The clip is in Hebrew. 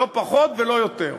לא פחות ולא יותר.